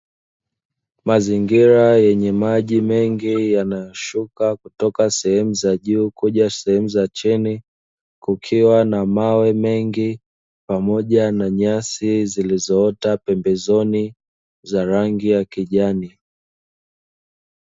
Mazingira yenye maji mengi yanashuka kutoka sehemu za juu kuja sehemu za chini, kukiwa na mawe mengi pamoja na nyasi zilizoota pembezoni za rangi ya kijani.